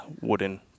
wooden